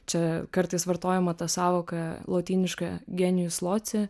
čia kartais vartojama ta sąvoka lotyniška genijus loci